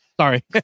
Sorry